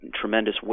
tremendous